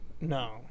No